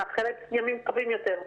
מאחלת ימים טובים יותר.